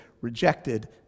rejected